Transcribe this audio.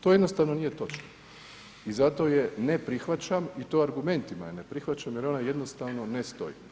To jednostavno nije točno i zato je ne prihvaćam i to argumentima je ne prihvaćam jer ona jednostavno ne stoji.